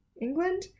England